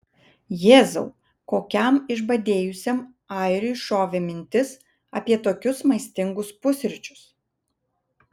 jėzau kokiam išbadėjusiam airiui šovė mintis apie tokius maistingus pusryčius